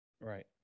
right